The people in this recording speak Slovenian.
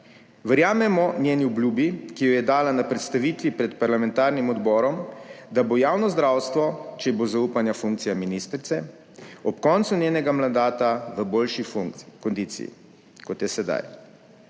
Verjamemo njeni obljubi, ki jo je dala na predstavitvi pred parlamentarnim odborom, da bo javno zdravstvo, če bo zaupana funkcija ministrice, ob koncu njenega mandata v boljši kondiciji, kot je sedaj.